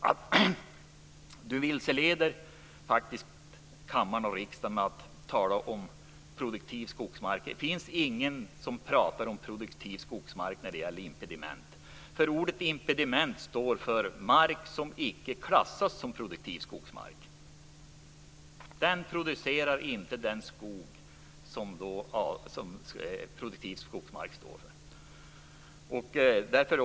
Maggi Mikaelsson vilseleder kammaren genom att tala om produktiv skogsmark. Det finns ingen som talar om produktiv skogsmark när det gäller impediment. Ordet impediment står för mark som icke klassas som produktiv skogsmark. Den producerar inte den skog som produktiv skogsmark står för.